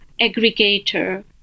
aggregator